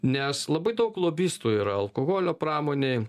nes labai daug lobistų yra alkoholio pramonėj